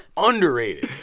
underrated.